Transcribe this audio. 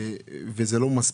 וזה לא מספיק.